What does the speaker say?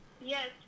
Yes